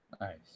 nice